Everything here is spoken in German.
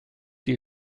die